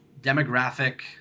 demographic